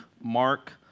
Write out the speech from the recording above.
Mark